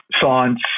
science